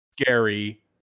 scary